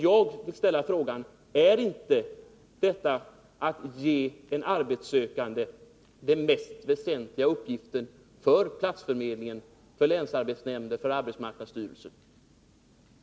Jag vill också fråga: Är inte uppgiften att ge den arbetssökande ett arbete den mest väsentliga uppgiften för platsförmedlingen, för länsarbetsnämnderna, för AMS?